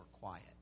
quiet